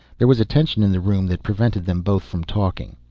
there was a tension in the room that prevented them both from talking.